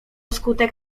skutek